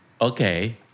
Okay